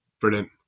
Brilliant